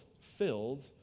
filled